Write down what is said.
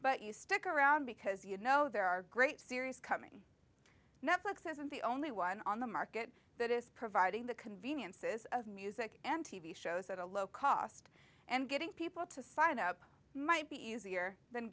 but you stick around because you know there are great series coming netflix isn't the only one on the market that is providing the conveniences of music and t v shows at a low cost and getting people to sign up might be easier than